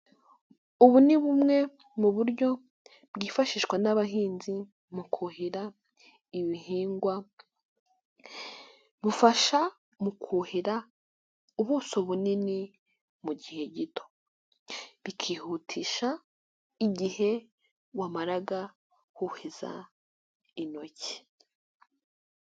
Ubu ni bumwe mu buryo bwifashishwa n'abahinzi mu kuhira ibihingwa bufasha mu kuhira ubuso bunini mu gihe gito bikihutisha igihe wamaraga wuhiza intoki.